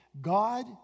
God